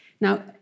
Now